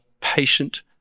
patient